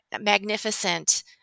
magnificent